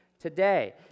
today